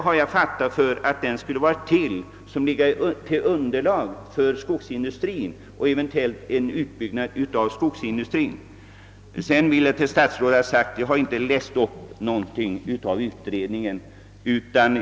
Jag har fattat det så att resultatet från den senare skulle ligga till underlag för skogsindustrin och planeringen av en eventuell utbyggnad av densamma. Sedan vill jag säga till statsrådet att jag inte läst upp något ur utredningens betänkande.